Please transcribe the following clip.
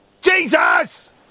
Jesus